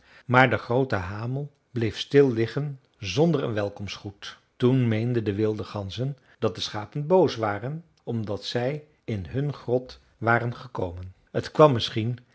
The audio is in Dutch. maar de groote hamel bleef stil liggen zonder een welkomstgroet toen meenden de wilde ganzen dat de schapen boos waren omdat zij in hun grot waren gekomen t kwam misschien